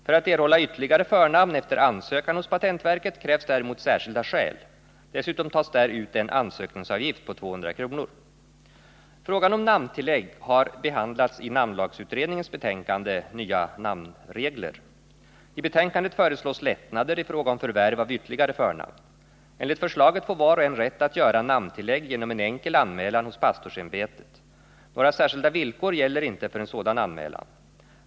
För att erhålla ytterligare förnamn efter ansökan hos Om ändrade bepatentverket krävs däremot särskilda skäl. Dessutom tas där ut en ansökningsavgift på 200 kr. Frågan om namntillägg har behandlats i namnlagsutredningens betänkande Nya namnregler. I betänkandet föreslås lättnader i fråga om förvärv av ytterligare förnamn. Enligt förslaget får var och en rätt att göra namntillägg genom en enkel anmälan hos pastorsämbetet. Några särskilda villkor gäller inte för en sådan anmälan.